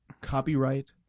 copyright